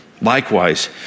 Likewise